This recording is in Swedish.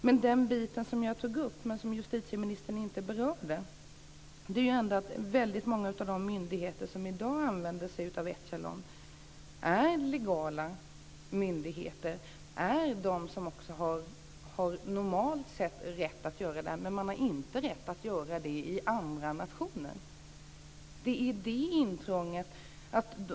Men det som jag tog upp men som justitieministern inte berörde är att väldigt många av de myndigheter som i dag använder sig av Echelon är legala myndigheter och också är de som normalt sätt har rätt att göra detta, men de har inte rätt att göra det i andra nationer. Det är det intrånget som jag tog upp.